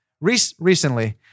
recently